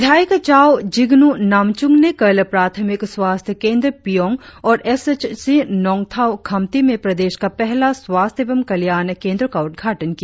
विधायक चाउ जिंग्नू नामचून ने कल प्राथमिक स्वास्थ्य केंद्र पियोंग और S H C Nongtaw Khamti में प्रदेश का पहला स्वास्थ्य एवं कल्याण केंद्रों का उद्घाटन किया